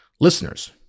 listeners